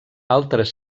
altres